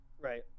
Right